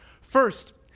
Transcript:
First